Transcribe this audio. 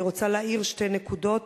אני רוצה להעיר שתי נקודות